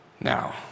Now